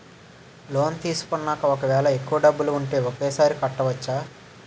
Loan తీసుకున్నాక ఒకవేళ ఎక్కువ డబ్బులు ఉంటే ఒకేసారి కట్టవచ్చున?